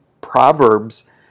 Proverbs